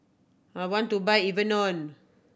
I want to buy Enervon